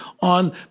on